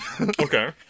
okay